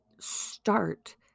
start